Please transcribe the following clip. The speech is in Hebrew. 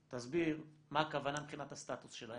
אל"ף, תסביר מה הכוונה מבחינת הסטטוס שלהם,